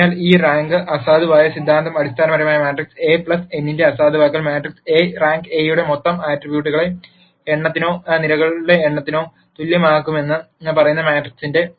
അതിനാൽ ഈ റാങ്ക് അസാധുവായ സിദ്ധാന്തം അടിസ്ഥാനപരമായി മാട്രിക്സ് എ ന്റെ അസാധുവാക്കൽ മാട്രിക്സ് എ റാങ്ക് എ യുടെ മൊത്തം ആട്രിബ്യൂട്ടുകളുടെ എണ്ണത്തിനോ നിരകളുടെ എണ്ണത്തിനോ തുല്യമാകുമെന്ന് പറയുന്നു മാട്രിക്സിന്റെ